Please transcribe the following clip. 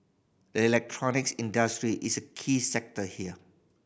the electronics industry is a key sector here